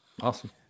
Awesome